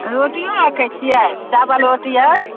रोटियों रक्खै छियै चाबल रोटी आर